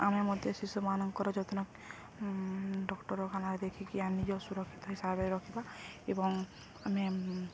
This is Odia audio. ଆମେ ମଧ୍ୟ ଶିଶୁମାନଙ୍କର ଯତ୍ନ ଡାକ୍ତରଖାନାରେ ଦେଖିକି ଆଣି ନିଜ ସୁରକ୍ଷିତ ହିସାବରେ ରଖିବା ଏବଂ ଆମେ